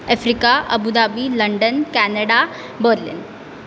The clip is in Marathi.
Africa Abu Dhabi London Canada Berlin